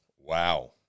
Wow